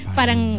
parang